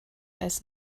als